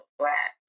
flat